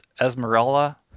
Esmerella